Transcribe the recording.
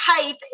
type